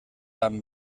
amb